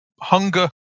hunger